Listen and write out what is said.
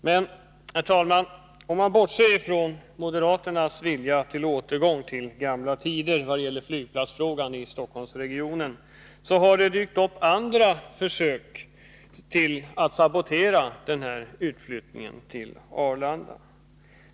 Men, herr talman, om man bortser från moderaternas vilja till återgång till gamla tider i vad gäller flygplatsfrågan i Stockholmsregionen, har det dykt upp andra försök att sabotera utflyttningen till Arlanda.